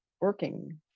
working